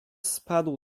spadł